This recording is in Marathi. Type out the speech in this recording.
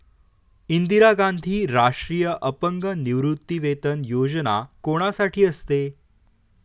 इंदिरा गांधी राष्ट्रीय अपंग निवृत्तीवेतन योजना कोणासाठी असते?